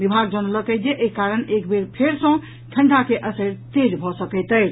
विभाग जनौलक अछि जे एहि कारण एक बेर फेर सँ ठंढ़ा के असरि तेज भऽ सकैत अछि